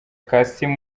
kassim